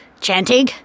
chanting